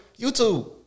YouTube